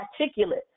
articulate